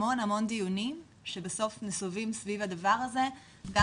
המון המון דיונים שבסוף נסובים סביב הדבר הזה גם